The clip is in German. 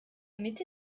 mitte